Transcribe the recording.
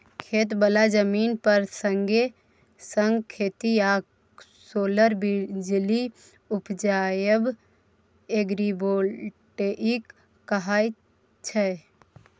खेत बला जमीन पर संगे संग खेती आ सोलर बिजली उपजाएब एग्रीबोल्टेइक कहाय छै